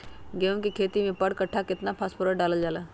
गेंहू के खेती में पर कट्ठा केतना फास्फोरस डाले जाला?